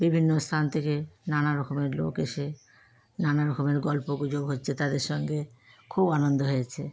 বিভিন্ন স্থান থেকে নানারকমের লোক এসে নানারকমের গল্প গুজব হচ্ছে তাদের সঙ্গে খুব আনন্দ হয়েছে